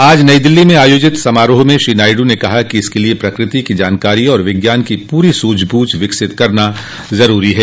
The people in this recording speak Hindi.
आज नई दिल्ली में आयोजित समारोह में श्री नायडू ने कहा कि इसके लिए प्रकृति की जानकारी और विज्ञान की पूरी सूझ बूझ विकसित करना जरूरी है